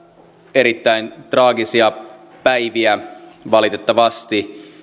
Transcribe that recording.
erittäin traagisia päiviä valitettavasti